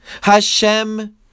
Hashem